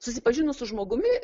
susipažinus su žmogumi